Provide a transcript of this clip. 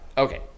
Okay